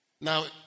Now